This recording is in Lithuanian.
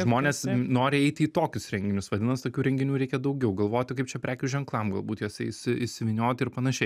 žmonės nori eiti į tokius renginius vadinasi tokių renginių reikia daugiau galvoti kaip čia prekių ženklam galbūt juose įsi įsivynioti ir panašiai